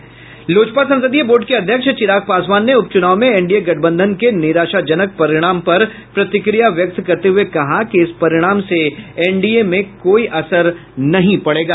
इधर लोजपा संसदीय बोर्ड के अध्यक्ष चिराग पासवान ने उप चुनाव मे एनडीए गठबंधन के निराशाजनक परिणाम पर प्रतिक्रिया व्यक्त करते हुए कहा कि इस परिणाम से एनडीए में कोई असर नहीं पड़ेगा